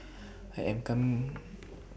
I Am Come